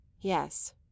Yes